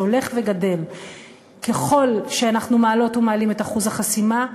שהולך וגדל ככל שאנחנו מעלות ומעלים את אחוז החסימה,